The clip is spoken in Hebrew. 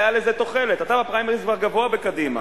חסון ו חברים טובים.